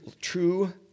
True